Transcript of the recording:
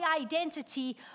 identity